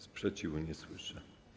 Sprzeciwu nie słyszę.